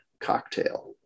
cocktail